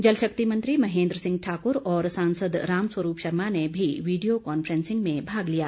जल शक्ति मंत्री महेंद्र सिंह ठाकुर और सांसद रामस्वरूप शर्मा ने भी वीडियो कांफ्रेंसिंग में भाग लिया